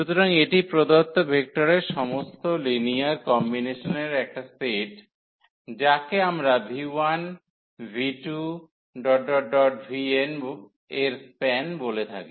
সুতরাং এটি প্রদত্ত ভেক্টরগুলির সমস্ত লিনিয়ার কম্বিনেশনের একটি সেট যাকে আমরা 𝑣1 𝑣2 𝑣𝑛 এর স্প্যান বলে থাকি